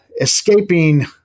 escaping